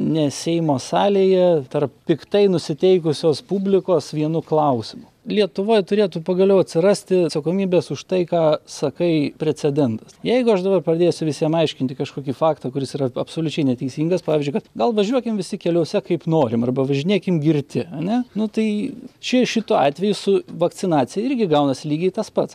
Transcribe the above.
ne seimo salėje tarp piktai nusiteikusios publikos vienu klausimu lietuvoj turėtų pagaliau atsirasti atsakomybės už tai ką sakai precedentas jeigu aš dabar pradėsiu visiem aiškinti kažkokį faktą kuris yra absoliučiai neteisingas pavyzdžiui kad gal važiuokim visi keliuose kaip norim arba važinėkim girti ane nu tai čia šituo atveju su vakcinacija irgi gaunasi lygiai tas pats